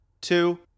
two